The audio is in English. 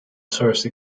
source